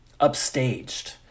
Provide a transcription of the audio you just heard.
upstaged